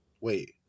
Wait